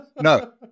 No